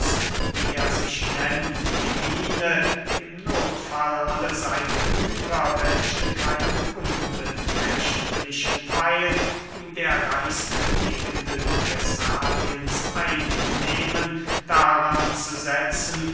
die miene im nothfall alle seine güter welche keinen unbeträchtlichen theil der reichsten gegenden thessaliens einnehmen daran zu setzen